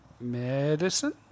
medicine